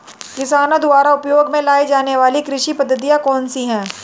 किसानों द्वारा उपयोग में लाई जाने वाली कृषि पद्धतियाँ कौन कौन सी हैं?